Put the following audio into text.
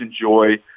enjoy